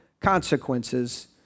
consequences